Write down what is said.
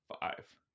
Five